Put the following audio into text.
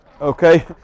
Okay